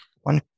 One